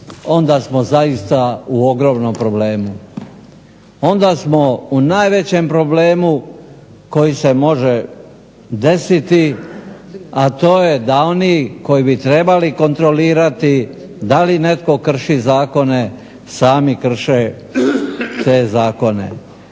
onda smo zaista u ogromnom problemu, onda smo u najvećem problemu koji se može desiti, a to je da oni koji bi trebali kontrolirati da li netko krši zakone, sami krše te zakone.